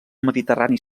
mediterrani